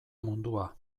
mundua